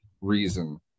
reason